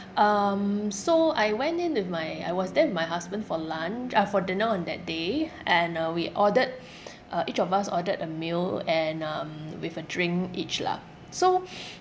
um so I went in with my I was there with my husband for lunch uh for dinner on that day and uh we ordered uh each of us ordered a meal and um with a drink each lah so